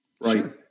Right